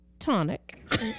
Tonic